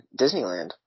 Disneyland